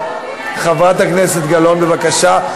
חברת הכנסת גלאון, בבקשה.